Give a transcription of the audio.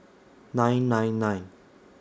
nine nine nine